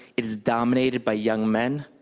it's dominated by young men.